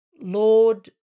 Lord